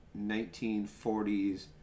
1940s